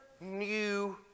new